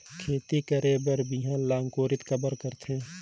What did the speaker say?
खेती करे बर बिहान ला अंकुरित काबर करथे?